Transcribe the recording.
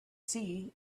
see